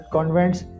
Convents